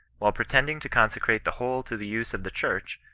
while pretending to consecrate the whole to the use of the church,